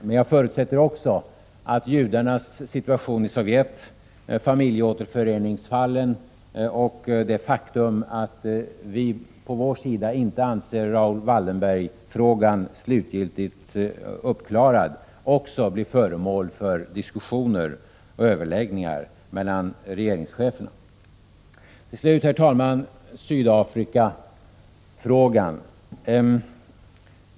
Men jag förutsätter också att judarnas situation i Sovjet, familjeåterföreningsfallen och det faktum att vi på vår sida inte anser Raoul Wallenberg-frågan slutgiltigt uppklarad också blir föremål för diskussioner och överläggningar mellan regeringscheferna. Herr talman! Till slut Sydafrikafrågan.